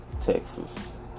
Texas